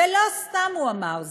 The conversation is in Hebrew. ולא סתם הוא אמר זאת,